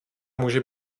může